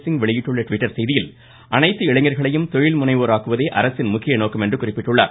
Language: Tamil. சிங் வெளியிட்டுள்ள ட்விட்டர் செய்தியில் அனைத்து இளைஞர்களையும் தொழில் முனைவோராக்குவதே அரசின் முக்கிய நோக்கம் என்று குறிப்பிட்டுள்ளார்